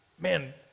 Man